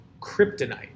kryptonite